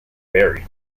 varied